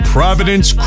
Providence